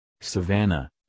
Savannah